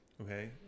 Okay